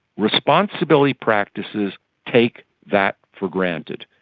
responsibility practices take that for granted,